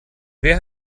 wer